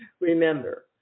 Remember